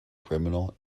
criminal